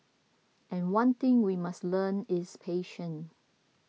and one thing we must learn is patience